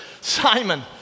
Simon